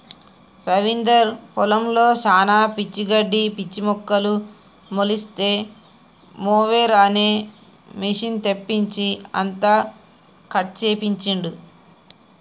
రవీందర్ పొలంలో శానా పిచ్చి గడ్డి పిచ్చి మొక్కలు మొలిస్తే మొవెర్ అనే మెషిన్ తెప్పించి అంతా కట్ చేపించిండు